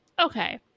Okay